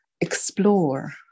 Explore